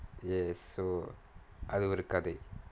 yes so அது ஒரு கதை:athu oru kathai